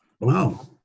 Wow